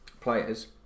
players